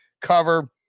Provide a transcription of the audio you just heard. cover